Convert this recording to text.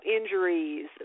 injuries